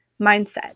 mindset